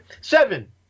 Seven